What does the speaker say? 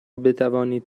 بتوانید